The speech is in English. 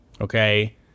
Okay